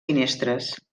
finestres